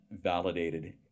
validated